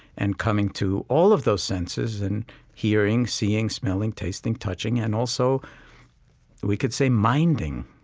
and coming to all of those senses in hearing, seeing, smelling, tasting, touching, and also we could say minding.